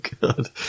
God